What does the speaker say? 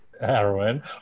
heroin